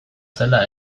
zela